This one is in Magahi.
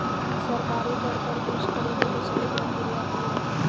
सरकारी दर पर बीज खरीदें के सही प्रक्रिया की हय?